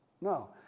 No